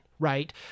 Right